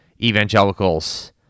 evangelicals